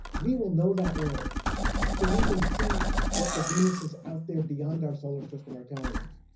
we will know that world so we can see what the venuses out there beyond our solar system are telling us.